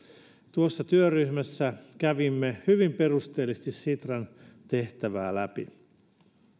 tuossa työryhmässä kävimme hyvin perusteellisesti sitran tehtävää läpi